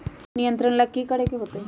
किट नियंत्रण ला कि करे के होतइ?